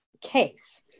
case